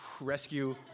rescue